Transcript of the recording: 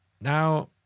Now